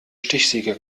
stichsäge